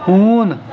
ہوٗن